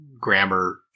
grammar